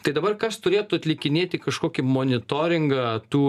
tai dabar kas turėtų atlikinėti kažkokį monitoringą tų